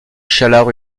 chalabre